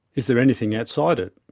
is there anything outside it?